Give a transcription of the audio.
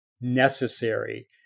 necessary